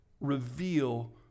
reveal